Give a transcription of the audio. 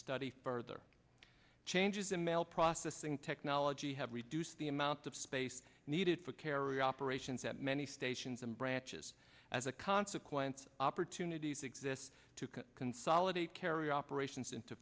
study further changes in mail processing technology have reduced the amount of space needed to carry operations that many stations and branches as a consequence opportunities exist to consolidate carrier operations into